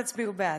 תצביעו בעד.